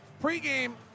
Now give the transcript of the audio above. Pre-game